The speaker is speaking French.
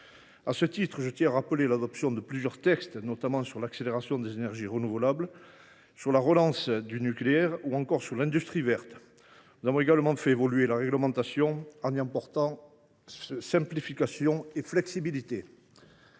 À ce titre, je tiens à rappeler l’adoption de plusieurs textes, notamment sur l’accélération des énergies renouvelables, sur la relance du nucléaire ou encore sur l’industrie verte. Nous avons également fait évoluer la réglementation en y apportant simplification et flexibilité.